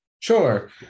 Sure